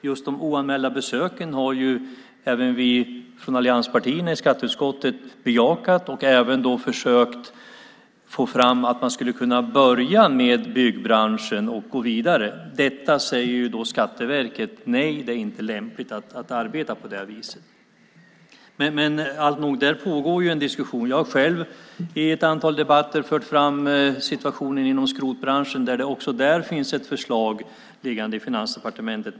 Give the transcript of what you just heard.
Just de oanmälda besöken har ju även vi från allianspartierna bejakat i skatteutskottet, och vi har även försökt få fram att man skulle kunna börja med byggbranschen och gå vidare. Till det säger Skatteverket: Nej, det är inte lämpligt att arbeta på det viset. Där pågår en diskussion. Jag har själv i ett antal debatter fört fram situationen inom skrotbranschen. Även där finns det förslag hos Finansdepartementet.